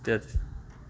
ଇତ୍ୟାଦି